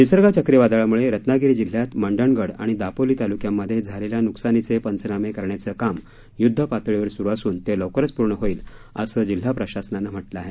निसर्ग चक्रीवादळामुळे रत्नागिरी जिल्ह्यात मंडणगड आणि दापोली तालुक्यांमध्ये झालेल्या न्कसानीचे पंचनामे करण्याचं काम युद्धपातळीवर सुरु असून ते लवकरच पूर्ण होईल असं जिल्हा प्रशासनानं म्हटलं आहे